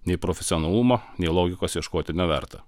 nei profesionalumo nei logikos ieškoti neverta